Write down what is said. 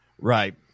Right